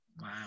Wow